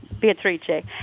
Beatrice